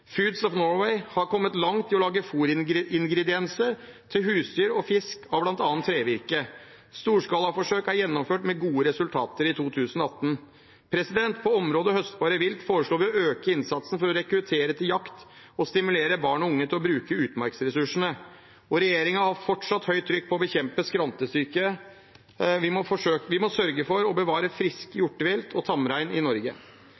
Foods of Norway har kommet langt i å lage fôringredienser til husdyr og fisk av bl.a. trevirke. Storskalaforsøk er gjennomført med gode resultater i 2018. På området høstbart vilt foreslår vi å øke innsatsen for å rekruttere til jakt og stimulere barn og unge til å bruke utmarksressursene. Regjeringen har fortsatt høyt trykk på å bekjempe skrantesyke. Vi må sørge for å bevare frisk hjortevilt og tamrein i Norge